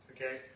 Okay